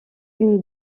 une